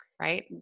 right